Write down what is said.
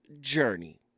journey